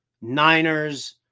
Niners